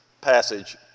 passage